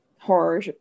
horror